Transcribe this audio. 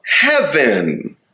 heaven